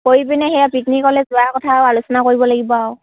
কৰি পিনে সেয়া পিকনিকলৈ যোৱাৰ কথাও আলোচনা কৰিব লাগিব আৰু